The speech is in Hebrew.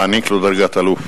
להעניק לו דרגת אלוף.